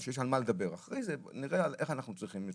אחרי זה נראה איזה מתווה.